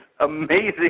amazing